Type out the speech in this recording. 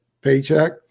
paycheck